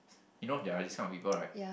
you know there're this kind of people right